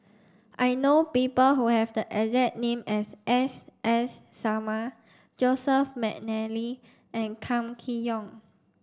I know people who have the exact name as S S Sarma Joseph Mcnally and Kam Kee Yong